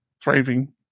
Thriving